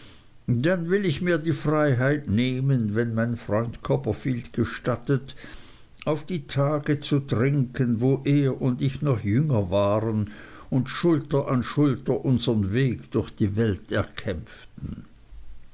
dann will ich mir die freiheit nehmen wenn mein freund copperfield gestattet auf die tage zu trinken wo er und ich noch jünger waren und schulter an schulter unsern weg durch die welt erkämpften